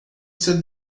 ser